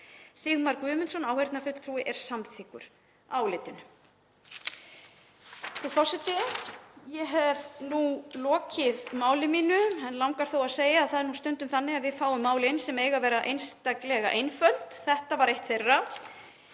Sigmar Guðmundsson, áheyrnarfulltrúi, er samþykkur álitinu. Frú forseti. Ég hef nú lokið máli mínu en langar þó að segja að það er nú stundum þannig að við fáum til okkar mál sem eiga að vera einstaklega einföld og þetta var eitt þeirra.